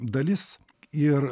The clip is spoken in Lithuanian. dalis ir